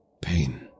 Pain